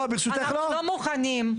אנחנו לא מוכנים.